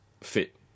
fit